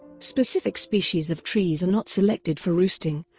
specific species of trees are not selected for roosting,